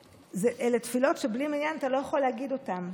אלה תפילות שבלי מניין אתה לא יכול להגיד אותן.